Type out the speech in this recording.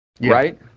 right